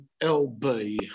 LB